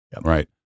right